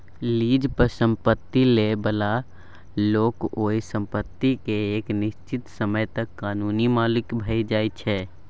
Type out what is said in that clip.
lease पर संपैत लइ बला लोक ओइ संपत्ति केँ एक निश्चित समय तक कानूनी मालिक भए जाइ छै